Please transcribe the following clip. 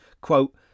Quote